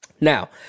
Now